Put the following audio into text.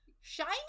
Shiny